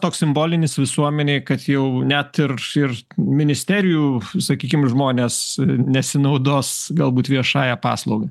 toks simbolinis visuomenėj kad jau net ir ir ministerijų sakykim žmonės nesinaudos galbūt viešąja paslauga